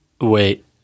Wait